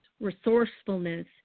resourcefulness